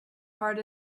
hard